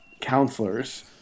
counselors